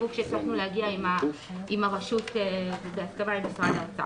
להגיע עם הרשות להסכמה עם משרד האוצר.